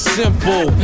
simple